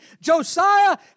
Josiah